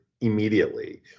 immediately